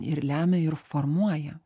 ir lemia ir formuoja